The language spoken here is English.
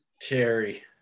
Terry